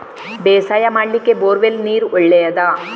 ಬೇಸಾಯ ಮಾಡ್ಲಿಕ್ಕೆ bore well ನೀರು ಒಳ್ಳೆಯದಾ?